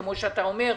כמו שאתה אומר,